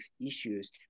issues